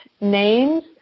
names